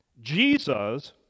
Jesus